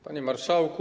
Panie Marszałku!